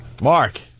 Mark